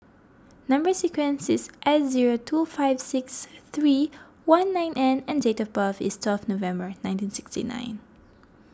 Number Sequence is S zero two five six three one nine N and date of birth is twelve November nineteen sixty nine